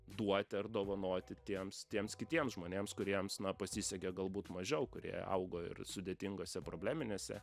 duoti ar dovanoti tiems tiems kitiems žmonėms kuriems na pasisekė galbūt mažiau kurie augo ir sudėtingose probleminėse